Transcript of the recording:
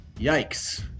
Yikes